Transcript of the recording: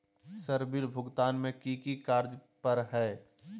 Sir bill भुगतान में की की कार्य पर हहै?